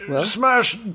Smash